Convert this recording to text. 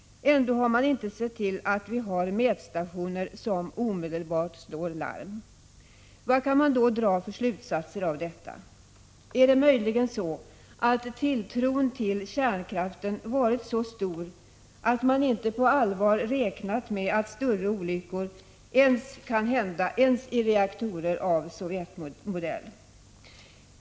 Ändå har man inte sett till att vi har mätstationer som omedelbart slår larm. Vad kan man då dra för slutsatser av detta? Är det möjligen så att tilltron till kärnkraften varit så stor att man inte på allvar räknat med att större olyckor kan hända ens i reaktorer av Sovjetmodell?